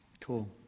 Cool